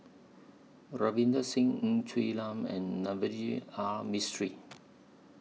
Ravinder Singh Ng Quee Lam and Navroji R Mistri